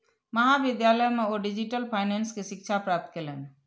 महाविद्यालय में ओ डिजिटल फाइनेंस के शिक्षा प्राप्त कयलैन